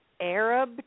Arab